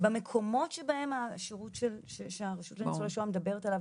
במקומות שבהם הרשות לניצולי שואה מדברת עליו